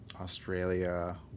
Australia